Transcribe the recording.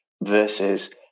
versus